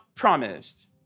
Promised